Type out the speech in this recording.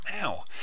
now